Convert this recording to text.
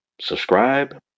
Subscribe